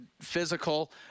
physical